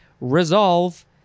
Resolve